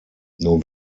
nur